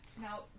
Now